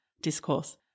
discourse